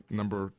number